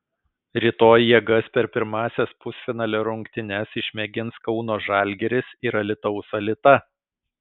rytoj jėgas per pirmąsias pusfinalio rungtynes išmėgins kauno žalgiris ir alytaus alita